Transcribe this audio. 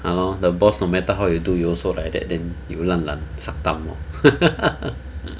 !hannor! the boss no matter how you do you also like that then you will lan lan cha gam lor